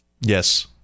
Yes